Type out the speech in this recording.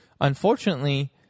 Unfortunately